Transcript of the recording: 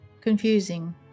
confusing